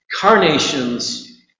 carnations